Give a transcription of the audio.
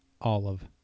olive